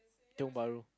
Tiong-Bahru